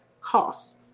Cost